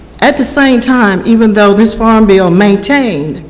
at the same time, even though this farmville may change,